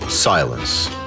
silence